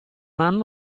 hanno